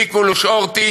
מיקלוש הורטי